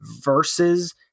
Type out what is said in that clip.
versus